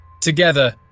Together